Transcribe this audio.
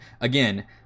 again